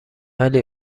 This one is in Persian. ولی